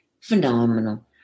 phenomenal